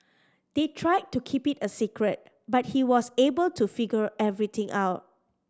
they tried to keep it a secret but he was able to figure everything out